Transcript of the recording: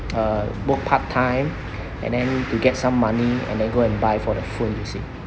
uh work part time and then to get some money and then go and buy for the phone you see